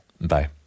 Bye